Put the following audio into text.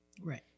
Right